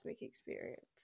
experience